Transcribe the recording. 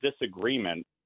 disagreement